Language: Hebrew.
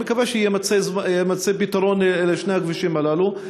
אני מקווה שיימצא פתרון לשני הכבישים הללו.